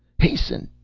hasten!